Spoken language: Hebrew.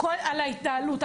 על ההתנהלות.